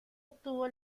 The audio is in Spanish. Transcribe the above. obtuvo